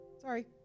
Sorry